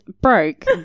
broke